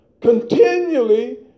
continually